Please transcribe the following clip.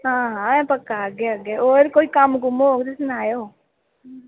आं हां पक्का अग्गे अग्गे होर कोई कम्म कुम्म होन ते सनाएओ